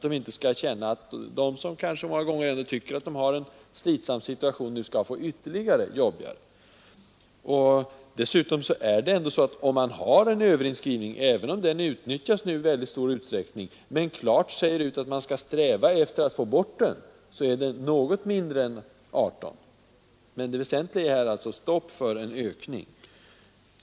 De skall inte känna att de, som många gånger har en slitsam situation, nu skall få det ännu jobbigare. Om man har en möjlighet till överinskrivning, som nu utnyttjas i mycket stor utsträckning, men klart säger ut att man skall sträva efter att få bort den, blir antalet barn ändå successivt lägre än 18. Det väsentliga är emellertid att sätta stopp för en ökning.